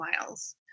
miles